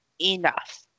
enough